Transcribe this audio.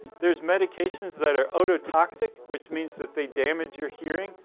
there's medications that are ototoxic which means that they damage your hearing.